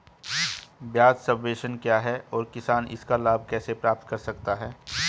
ब्याज सबवेंशन क्या है और किसान इसका लाभ कैसे प्राप्त कर सकता है?